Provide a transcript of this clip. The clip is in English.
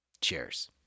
Cheers